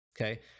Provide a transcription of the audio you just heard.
Okay